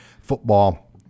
football